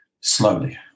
slowly